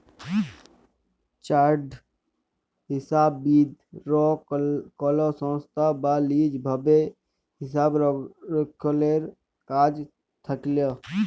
chartered হিসাববিদ রা কল সংস্থায় বা লিজ ভাবে হিসাবরক্ষলের কাজে থাক্যেল